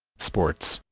sports